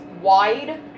wide